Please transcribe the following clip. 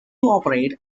operate